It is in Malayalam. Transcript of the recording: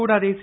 കൂടാതെ സി